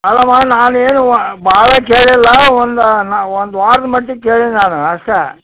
ಅಲ್ಲಮ್ಮ ನಾನು ಏನು ಭಾಳ ಕೇಳಿಲ್ಲ ಒಂದು ನ ಒಂದು ವಾರ ಮಟ್ಟಿಗೆ ಕೇಳೀನಿ ನಾನು ಅಷ್ಟೇ